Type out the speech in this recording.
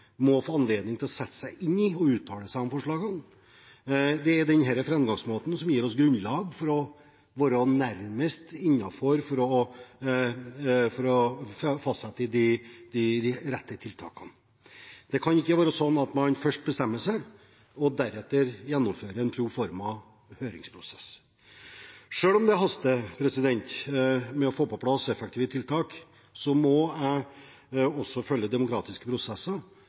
må få anledning til å sette seg inn i og uttale seg om forslagene til tiltak. Denne framgangsmåten gir oss grunnlag for å være nærmest innenfor, for å fastsette de rette tiltakene. Det kan ikke være slik at man først bestemmer seg, og deretter gjennomfører en proforma høringsprosess. Selv om det haster med å få på plass effektive tiltak, må jeg følge demokratiske prosesser,